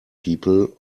people